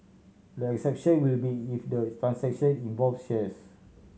the exception will be if the transaction involved shares